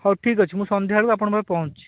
ହଉ ଠିକ୍ ଅଛି ମୁଁ ସନ୍ଧ୍ୟାବେଳକୁ ଆପଣଙ୍କ ପାଖକୁ ପହଞ୍ଚୁଛି